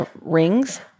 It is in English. rings